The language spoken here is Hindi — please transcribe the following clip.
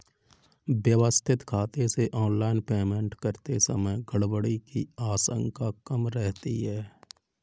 व्यवस्थित खाते से ऑनलाइन पेमेंट करते समय गड़बड़ी की आशंका कम रहती है